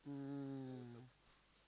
mm